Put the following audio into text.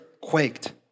quaked